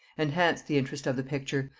enhance the interest of the picture,